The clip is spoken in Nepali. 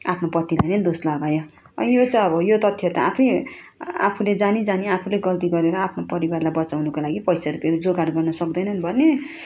आफ्नो पतिलाई नै दोष लगायो अनि यो चाहिँ अब यो तथ्य त आफै आफूले जानीजानी आफूले गल्ती गरेर आफ्नो परिवारलाई बचाउनको लागि पैसा रुपियाँको जोगाड गर्नु सक्दैनन् भने